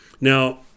Now